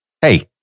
hey